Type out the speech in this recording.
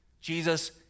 Jesus